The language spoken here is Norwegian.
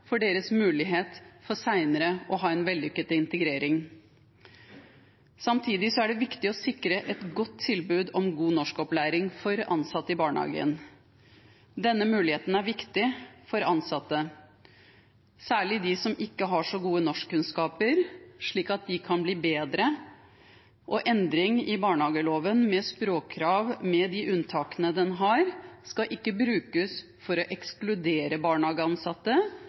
deres mulighet for senere å ha en vellykket integrering. Samtidig er det viktig å sikre et tilbud om god norskopplæring for ansatte i barnehagene. Endringer i barnehageloven, med språkkrav og med de unntakene den har, skal ikke brukes til å ekskludere barnehageansatte, men til å forbedre dem, slik at de blir enda bedre ressurser for barna våre. Gode språkferdigheter hos voksne som jobber i barnehage, gir også mulighet for